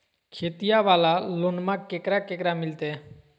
खेतिया वाला लोनमा केकरा केकरा मिलते?